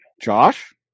Josh